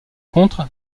contre